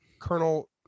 Colonel